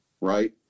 right